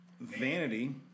Vanity